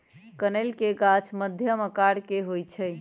कनइल के गाछ मध्यम आकर के होइ छइ